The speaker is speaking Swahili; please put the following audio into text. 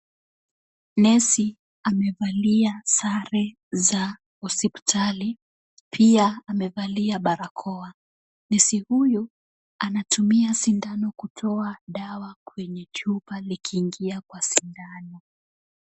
Nesi amevalia sare za hospitali, pia amevalia barakoa. Nesi huyu anatumia sindano kutoa dawa kwenye chupa ikiingia kwa sindano.